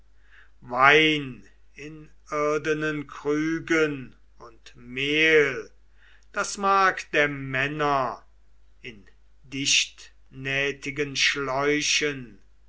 wein in irdenen krügen und mehl das mark der männer in dichtnähtigen schläuchen